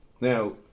now